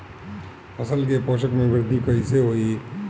फसल के पोषक में वृद्धि कइसे होई?